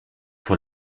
pour